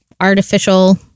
artificial